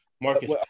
Marcus